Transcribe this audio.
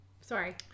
Sorry